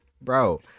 bro